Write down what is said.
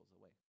away